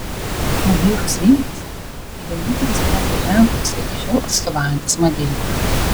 madeiros vynas tai vienintelis prekės ženklas iki šiol atstovaujantis madeirą